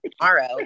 tomorrow